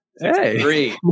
Hey